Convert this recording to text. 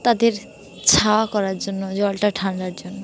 তাদের ছাওয়া করার জন্য জলটা ঠান্ডার জন্য